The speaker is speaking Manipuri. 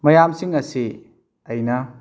ꯃꯌꯥꯝꯁꯤꯡ ꯑꯁꯤ ꯑꯩꯅ